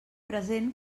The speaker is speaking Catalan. present